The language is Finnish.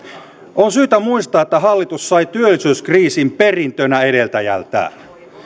on syytä muistaa että hallitus sai työllisyyskriisin perintönä edeltäjältään